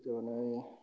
দুটা মানুহেই